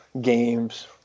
games